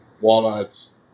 walnuts